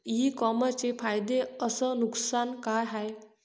इ कामर्सचे फायदे अस नुकसान का हाये